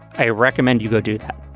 i recommend you go do that,